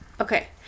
okay